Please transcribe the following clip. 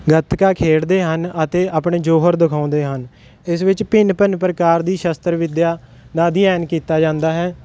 ਗੱਤਕਾ ਖੇਡਦੇ ਹਨ ਅਤੇ ਆਪਣੇ ਜੋਹਰ ਦਿਖਾਉਂਦੇ ਹਨ ਇਸ ਵਿੱਚ ਭਿੰਨ ਭਿੰਨ ਪ੍ਰਕਾਰ ਦੀ ਸ਼ਸਤਰ ਵਿੱਦਿਆ ਦਾ ਅਧਿਐਨ ਕੀਤਾ ਜਾਂਦਾ ਹੈ